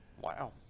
Wow